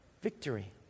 victory